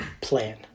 plan